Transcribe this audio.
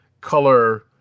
color